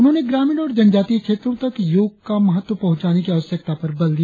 उन्होंने ग्रामीण और जनजातीय क्षेत्रों तक योग का महत्व पहुंचाने की आवश्यकता पर बल दिया